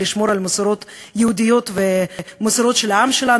לשמור על מסורות יהודיות ומסורות של העם שלנו,